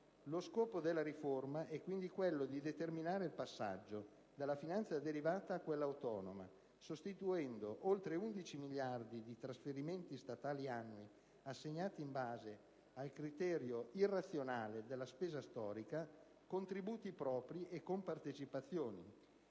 Lo scopo della riforma è quindi quello di determinare il passaggio dalla finanza derivata a quella autonoma, sostituendo oltre 11 miliardi di trasferimenti statali annui - assegnati in base al criterio irrazionale della spesa storica - con tributi propri e compartecipazioni.